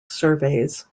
surveys